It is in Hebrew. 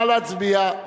נא להצביע.